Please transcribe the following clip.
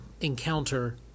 encounter